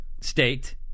state